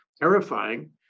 terrifying